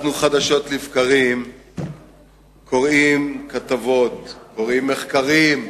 אנחנו קוראים כתבות חדשות לבקרים,